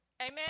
Amen